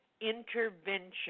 intervention